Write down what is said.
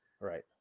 Right